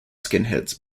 skinheads